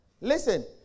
Listen